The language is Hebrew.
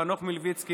חנוך מלביצקי,